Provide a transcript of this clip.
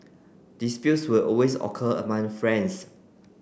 disputes will always occur among friends